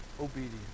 obedience